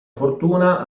fortuna